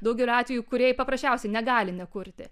daugeliu atvejų kūrėjai paprasčiausiai negali nekurti